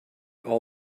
all